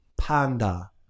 Panda